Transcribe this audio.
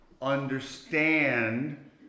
understand